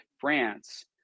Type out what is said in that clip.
France